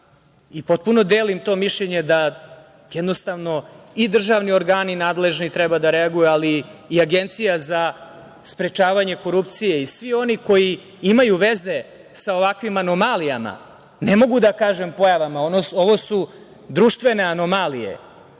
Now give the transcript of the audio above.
i potpuno delim to mišljenje da jednostavno i državni organi nadležni treba da reaguju, ali i Agencija za sprečavanje korupcije i svi oni koji imaju veze sa ovakvim anomalijama, ne mogu da kažem pojavama, ovo su društvene anomalije,